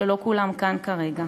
שלא כולם כאן כרגע.